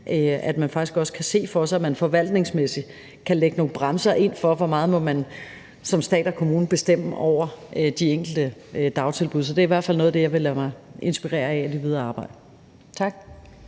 at man faktisk også kan se, at man forvaltningsmæssigt kan lægge nogle bremser ind for, hvor meget man som stat og kommuner må bestemme over de enkelte dagtilbud. Så det er i hvert fald noget af det, jeg vil lade mig inspirere af i det videre arbejde. Tak.